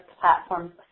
platforms